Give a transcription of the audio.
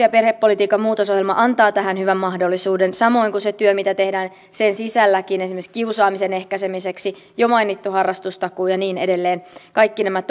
ja perhepolitiikan muutosohjelma antaa tähän hyvän mahdollisuuden samoin kuin se työ mitä tehdään sen sisälläkin esimerkiksi kiusaamisen ehkäisemiseksi jo mainittu harrastustakuu ja niin edelleen kaikki nämä